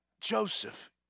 Joseph